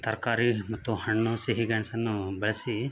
ತರಕಾರಿ ಮತ್ತು ಹಣ್ಣು ಸಿಹಿ ಗೆಣಸನ್ನು ಬಳ್ಸಿ